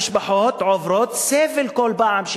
המשפחות עוברות סבל כל פעם.